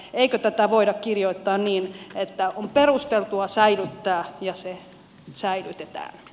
eikö tätä voida kirjoittaa niin että on perusteltua säilyttää ja se säilytetään